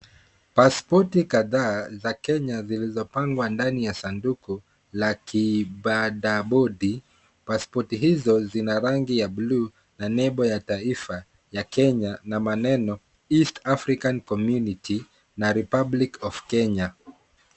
Pasipoti kadhaa za Kenya zilizopangwa ndani ya sanduka la kibadabodi pasipoti hizo zina rangi ya bluu na nembo ya taifa ya Kenya na maneno East African Community na Republic of Kenya .